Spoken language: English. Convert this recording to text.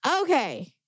Okay